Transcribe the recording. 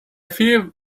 few